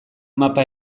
mapa